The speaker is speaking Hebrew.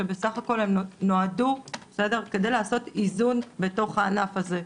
שבסך הכל הם נועדו כדי לעשות איזון בתוך הענף הזה.